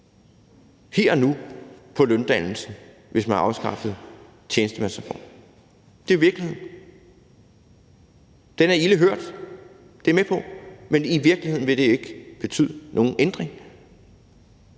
her og nu, hvis man ophævede tjenestemandsreformen. Det er virkeligheden. Den er ilde hørt, det er jeg med på, men i virkeligheden ville det ikke betyde nogen ændring.